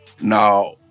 now